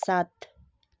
सात